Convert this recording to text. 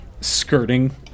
skirting